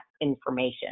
information